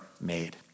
made